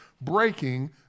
breaking